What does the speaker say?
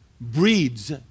breeds